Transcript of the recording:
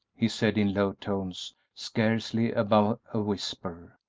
he said, in low tones, scarcely above a whisper,